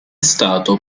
stato